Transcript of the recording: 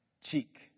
cheek